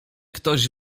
ktoś